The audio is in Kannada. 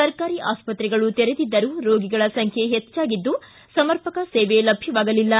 ಸರ್ಕಾರಿ ಆಸ್ಪತ್ರೆಗಳು ತೆರೆದಿದ್ದರೂ ರೋಗಿಗಳ ಸಂಖ್ಯೆ ಹೆಚ್ಚಾಗಿದ್ದು ಸಮರ್ಪಕ ಸೇವೆ ಲಭ್ಯವಾಗಲಿಲ್ಲ